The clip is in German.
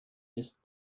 ist